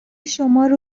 شمارو